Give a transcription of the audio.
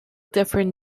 different